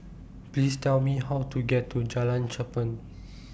Please Tell Me How to get to Jalan Cherpen